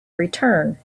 return